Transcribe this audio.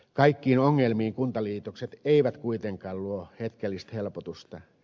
kaikkiin ongelmiin kuntaliitokset eivät kuitenkaan luo hetkellistä helpotusta